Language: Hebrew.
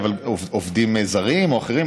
עובדים זרים או אחרים.